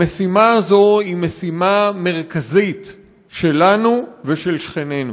המשימה הזאת היא משימה מרכזית שלנו ושל שכנינו.